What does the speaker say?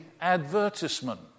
advertisement